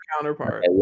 counterpart